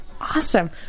Awesome